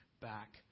back